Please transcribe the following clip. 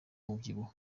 umubyibuho